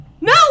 No